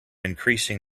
increasing